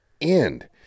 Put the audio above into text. end